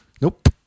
Nope